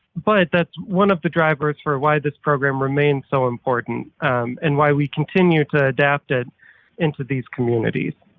but that's one of the drivers for why this program remains so important and why we continue to adapt it into these communities.